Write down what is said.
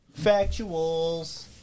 Factuals